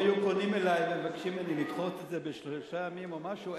אם היו פונים אלי ומבקשים ממני לדחות את זה בשלושה ימים או משהו,